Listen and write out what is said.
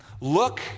look